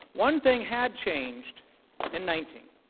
one thing had changed in nineteen